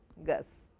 gus,